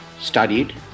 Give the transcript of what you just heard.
studied